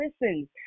listen